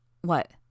What